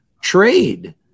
trade